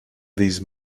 these